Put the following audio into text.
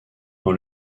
dans